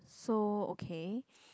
so okay